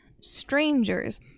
strangers